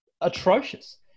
atrocious